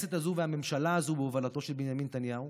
הכנסת הזאת והממשלה הזאת בהובלתו של בנימין נתניהו